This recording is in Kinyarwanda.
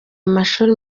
amashuri